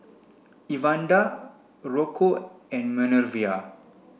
Evander Rocco and Minervia